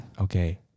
Okay